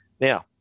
now